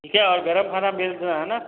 ठीक है और गरम खाना भेजना है ना